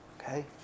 Okay